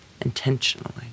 intentionally